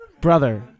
Brother